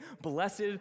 blessed